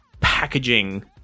packaging